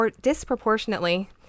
disproportionately